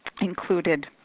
included